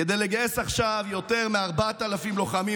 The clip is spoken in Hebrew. כדי לגייס עכשיו יותר מ-4,000 לוחמים,